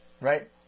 Right